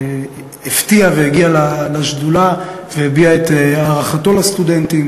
הפתיע והגיע לשדולה והביע את הערכתו לסטודנטים